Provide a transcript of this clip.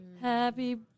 Happy